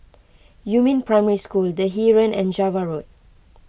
Yumin Primary School the Heeren and Java Road